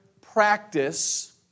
practice